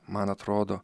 man atrodo